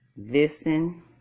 listen